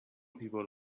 people